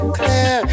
clear